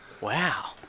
Wow